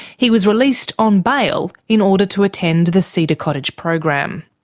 he was released on bail in order to attend the cedar cottage program.